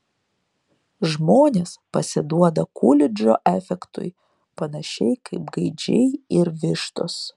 žmonės pasiduoda kulidžo efektui panašiai kaip gaidžiai ir vištos